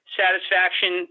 satisfaction